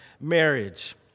marriage